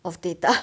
of data